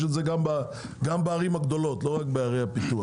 יש את זה גם בערים הגדולות, לא רק בערי הפיתוח.